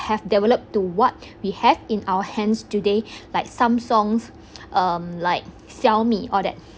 have developed to what we have in our hands today like samsung um like xiaomi all that